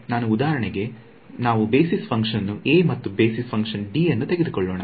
ನಾನು ಉದಾಹರಣೆಗೆ ನಾವು ಬೇಸಿಸ್ ಫಂಕ್ಷನ್ವನ್ನು ಎ ಮತ್ತು ಬೇಸಿಸ್ ಫಂಕ್ಷನ್ d ಅನ್ನು ತೆಗೆದುಕೊಳ್ಳೋಣ